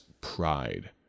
pride